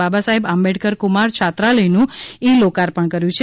બાબા સાહેબ આંબેડકર કુમાર છાત્રાલયનું ઇ લોકાર્પણ કર્યું છે